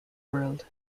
world